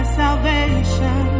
salvation